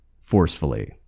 forcefully